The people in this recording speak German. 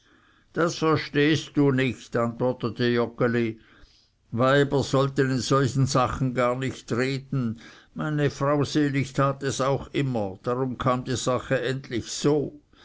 das verstehst du nicht antwortete joggeli weiber sollten in solche sachen gar nicht reden meine frau selig tat es auch immer darum kam die sache endlich so